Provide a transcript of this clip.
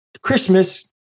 Christmas